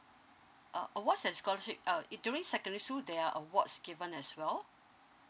uh awards and scholarship uh it during secondary school there are awards given as well